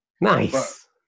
Nice